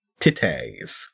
Titties